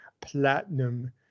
platinum